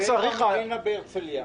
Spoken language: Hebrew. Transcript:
תראה את המרינה בהרצליה.